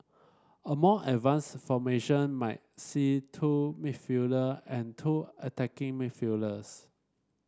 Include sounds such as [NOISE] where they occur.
a more advanced formation might see two [UNINTELLIGIBLE] and two attacking [UNINTELLIGIBLE]